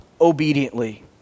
obediently